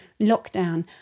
lockdown